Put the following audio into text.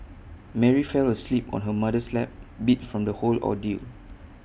Mary fell asleep on her mother's lap beat from the whole ordeal